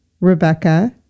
Rebecca